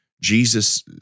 Jesus